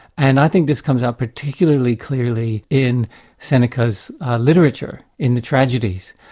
and i think this comes up particularly clearly in seneca's literature, in the tragedies.